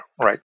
right